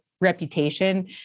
reputation